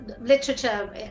literature